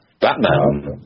Batman